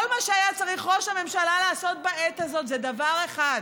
כל מה שהיה צריך ראש הממשלה לעשות בעת הזאת זה דבר אחד.